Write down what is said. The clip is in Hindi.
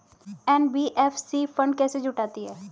एन.बी.एफ.सी फंड कैसे जुटाती है?